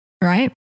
Right